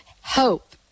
Hope